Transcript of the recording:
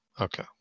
Okay